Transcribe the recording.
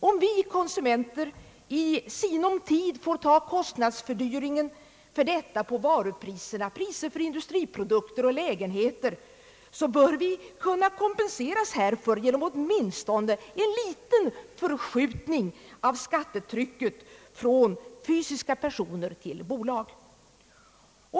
Om vi konsumenter i sinom tid får ta kostnadsfördyringen för detta på varupriserna — priserna för industriprodukter och lägenheter — så bör vi kunna kompenseras härför genom åtminstone en liten förskjutning av skattetrycket från fysiska personer till bolag.